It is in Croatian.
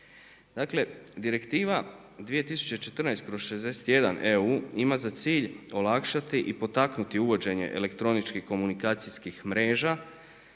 Dakle, Direktiva 2014./61EU ima za cilj olakšati i potaknuti uvođenje elektroničkih komunikacijskih mreža